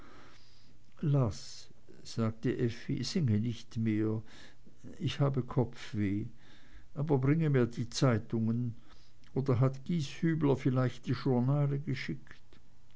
laß sagte effi singe nicht mehr ich habe kopfweh aber bringe mir die zeitungen oder hat gieshübler vielleicht die journale geschickt